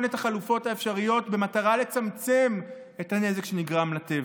את החלופות האפשריות במטרה לצמצם את הנזק שנגרם לטבע.